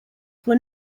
were